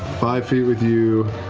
five feet with you.